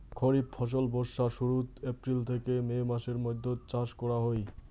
খরিফ ফসল বর্ষার শুরুত, এপ্রিল থেকে মে মাসের মৈধ্যত চাষ করা হই